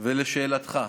לשאלתך,